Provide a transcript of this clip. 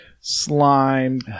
Slime